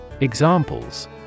Examples